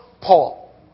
Paul